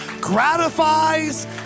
gratifies